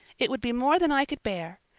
it would be more than i could bear.